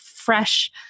fresh